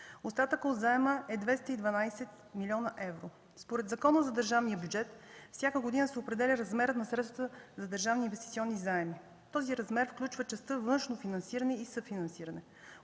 Остатъкът от заема е 220 млн. евро. Според Закона за държавния бюджет всяка година се определя размерът на средствата за държавни инвестиционни заеми. Този размер включва частта „Външно финансиране и съфинансиране”.